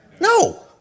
No